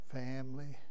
family